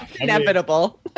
Inevitable